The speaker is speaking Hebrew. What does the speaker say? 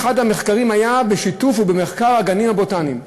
אחד המחקרים היה בשיתוף הגנים הבוטניים.